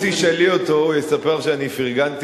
אם תשאלי אותו הוא יספר לך שאני פרגנתי